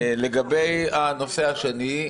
לגבי הנושא השני,